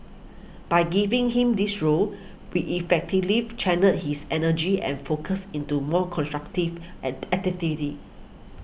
by giving him this role we effectively channelled his energy and focus into more constructive at activities